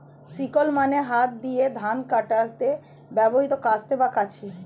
sickle মানে হাত দিয়ে ধান কাটতে ব্যবহৃত কাস্তে বা কাঁচি